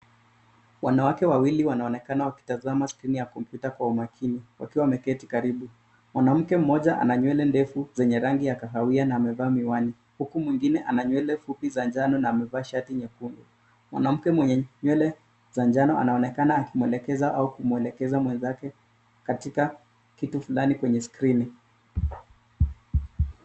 Wanawake wawili wanaonekana wakitazama skrini ya kompyuta kwa umakini wakiwa wameketi karibu. Mwanamke mmoja ana nywele ndefu zenye rangi ya kahawia na amevaa miwani huku mwingine ana nywele fupi za njano na amevaa shati nyekundu. Mwanamke mwenye nywele za njano anaonekana akimwelekeza au kumuelekeza mwenzake katika kitu fulani kwenye skirini.